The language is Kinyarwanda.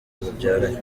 babyaranye